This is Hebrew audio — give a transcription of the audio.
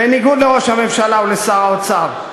בניגוד לראש הממשלה ולשר האוצר.